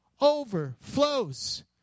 overflows